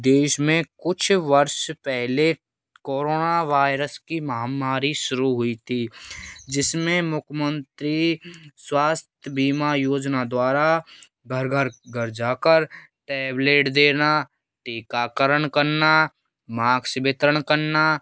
देश में कुछ वर्ष पहले कोरोना वायरस की महामारी शुरू हुई थी जिसमें मुख्यमंत्री स्वास्थ्य बीमा योजना द्वारा घर घर घर जाकर टैबलेट देना टीकाकरण करना माक्स वितरण करना